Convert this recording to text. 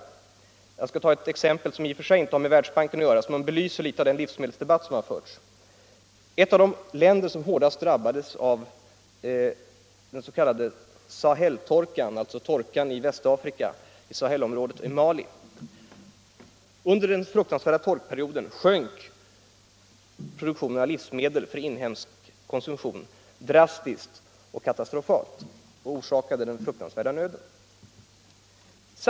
Jag skall ta ett exempel som i och för sig inte direkt har med Världsbanken att göra, men som belyser litet av den livsmedelsdebatt som förts. Ett av de länder som hårdast drabbades av den s.k. Saheltorkan var Mali i Västafrika. Under den fruktansvärda torkperioden sjönk produktionen av livsmedel för inhemsk konsumtion drastiskt och katastrofalt och orsakade den fruktansvärda nöden.